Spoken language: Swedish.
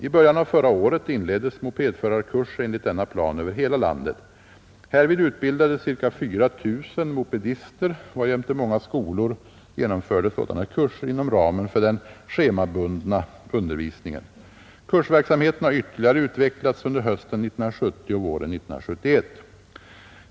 I början av förra året inleddes mopedförarkurser enligt denna plan över hela landet. Härvid utbildades ca 4 000 mopedister varjämte många skolor genomförde sådana kurser inom ramen för den schemabundna undervisningen, Kursverksamheten har ytterligare utvecklats under hösten 1970 och våren 1971.